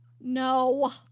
No